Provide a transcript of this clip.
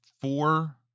four